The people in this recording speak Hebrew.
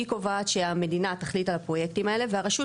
היא קובעת שהמדינה תחליט על הפרויקטים האלה והרשות